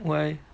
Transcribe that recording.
why